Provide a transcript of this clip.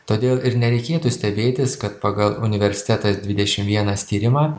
todėl ir nereikėtų stebėtis kad pagal universitetas dvidešimt vienas tyrimą